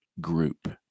group